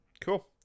Cool